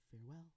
farewell